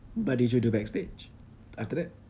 but did you do backstage after that